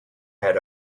had